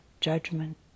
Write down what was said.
judgment